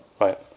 right